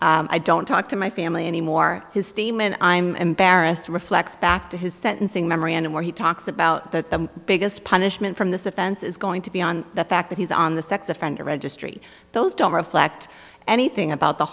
sentence i don't talk to my family anymore his steam and i'm embarrassed reflects back to his sentencing memorandum where he talks about that the biggest punishment from this offense is going to be on the fact that he's on the sex offender registry those don't reflect anything about the